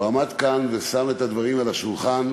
הוא עמד כאן ושם את הדברים על השולחן,